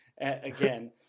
again